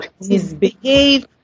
misbehave